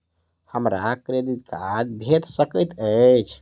हमरा credit card भेट सकैत अछि?